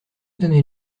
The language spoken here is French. donner